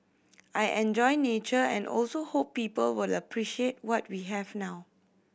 I enjoy nature and also hope people will appreciate what we have now